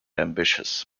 ambitious